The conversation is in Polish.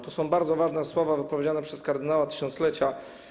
To są bardzo ważne słowa, wypowiedziane przez kardynała tysiąclecia.